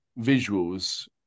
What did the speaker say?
visuals